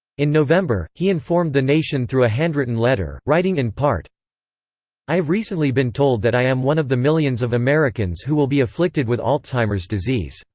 in november, he informed the nation through a handwritten letter, writing in part i have recently been told that i am one of the millions of americans who will be afflicted with alzheimer's disease.